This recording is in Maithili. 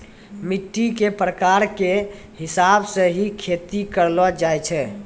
मिट्टी के प्रकार के हिसाब स हीं खेती करलो जाय छै